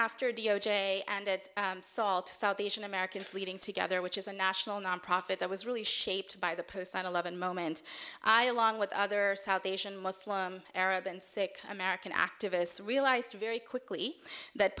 after d o j and at salt south asian americans leading together which is a national nonprofit that was really shaped by the post nine eleven moment i along with other south asian muslim arab and sick american activists realized very quickly that